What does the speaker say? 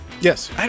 Yes